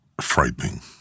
frightening